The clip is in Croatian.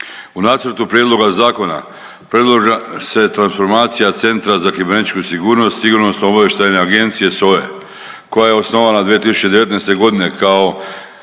U Nacrtu prijedloga zakona predlaže se transformacija Centra za kibernetičku sigurnost Sigurnosno-obavještajne agencije SOA-e koja je osnovana 2019. godine kao